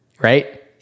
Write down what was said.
right